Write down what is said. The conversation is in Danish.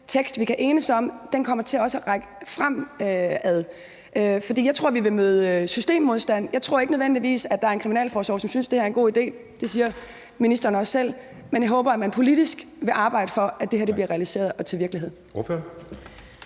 tekst, vi kan enes om, også kommer til at række fremad. For jeg tror, vi vil møde systemmodstand. Jeg tror ikke nødvendigvis, at der er en kriminalforsorg, som synes, det her er en god idé – det siger ministeren også selv – men jeg håber, at man politisk vil arbejde for, at det her bliver realiseret, bliver til virkelighed.